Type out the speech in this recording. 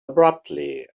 abruptly